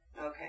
Okay